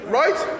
right